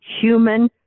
human